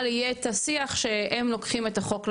יהיה את השיח שהם לוקחים את החוק לידיים,